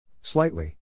Slightly